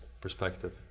perspective